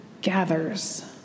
gathers